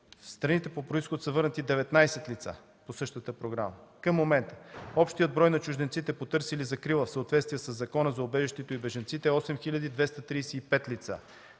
в страните по произход са върнати 19 лица по същата програма. Към момента общият брой на чужденците, потърсили закрила в съответствие с Закона за убежищата и бежанците е 8235 лица.